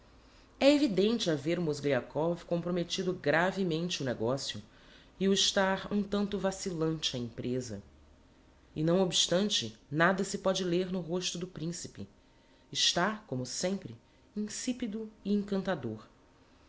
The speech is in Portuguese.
é evidente haver o mozgliakov comprometido gravemente o negocio e o estar um tanto vacilante a emprêsa e não obstante nada se pode ler no rosto do principe está como sempre insipido e encantador